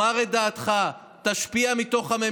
אבל